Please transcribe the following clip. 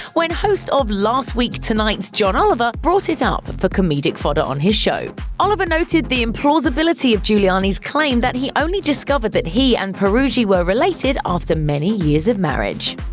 when host of last week tonight john oliver brought it up for comedic fodder on his show. oliver noted the implausibility of giuliani's claim that he only discovered that he and peruggi were related after many years of marriage.